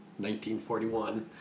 1941